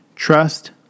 Trust